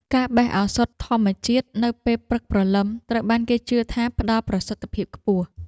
ការបេះឱសថធម្មជាតិនៅពេលព្រឹកព្រលឹម ត្រូវបានគេជឿថាផ្តល់ប្រសិទ្ធភាពខ្ពស់។